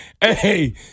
Hey